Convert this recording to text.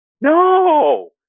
No